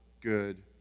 good